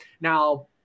Now